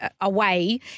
away